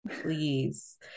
please